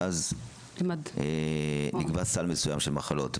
שאז נקבע סל מסוים של מחלות,